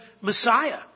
Messiah